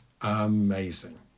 amazing